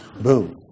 Boom